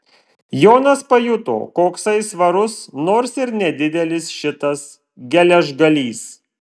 jonas pajuto koksai svarus nors ir nedidelis šitas geležgalys